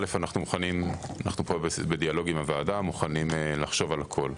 אנחנו בדיאלוג עם הוועדה, מוכנים לחשוב על הכול.